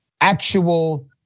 actual